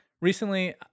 Recently